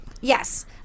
yes